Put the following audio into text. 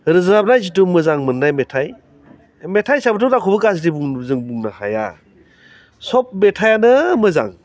रोजाबनाय जिथु मोजां मोननाय मेथाइ मेथाइ हिसाबैथ' रावखौबो गाज्रि जों बुंनो हाया सब मेथाइआनो मोजां